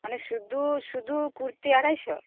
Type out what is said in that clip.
ᱢᱟᱱᱮ ᱥᱩᱫᱩ ᱥᱩᱫᱩ ᱠᱩᱨᱛᱤ ᱟᱲᱟᱭ ᱥᱚ